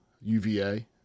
UVA